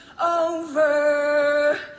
over